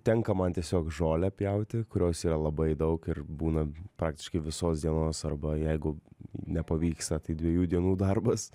tenka man tiesiog žolę pjauti kurios yra labai daug ir būna praktiškai visos dienos arba jeigu nepavyksta tai dviejų dienų darbas